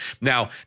Now